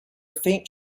faint